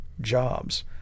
jobs